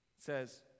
says